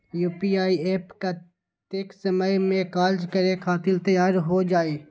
UPI app कतेइक समय मे कार्य करे खातीर तैयार हो जाई?